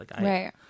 Right